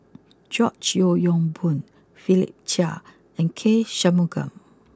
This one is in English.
George Yeo Yong Boon Philip Chia and K Shanmugam